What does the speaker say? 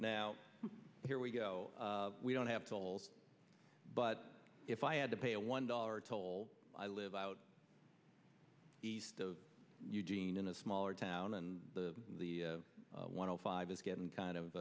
now here we go we don't have tolls but if i had to pay a one dollar toll i live out east of eugene in a smaller town and the the one zero five is getting kind of